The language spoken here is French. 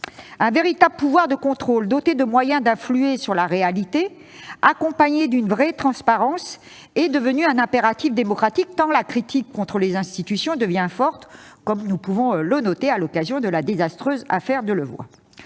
Un véritable pouvoir de contrôle, assorti de moyens d'influer sur la réalité et d'une véritable transparence, est devenu un impératif démocratique, tant la critique contre les institutions devient forte, comme nous pouvons le noter à l'occasion de la désastreuse affaire Delevoye.